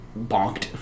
bonked